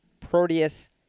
proteus